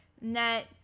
net